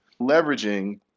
leveraging